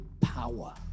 power